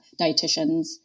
dietitians